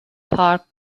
پارک